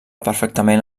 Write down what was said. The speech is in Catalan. perfectament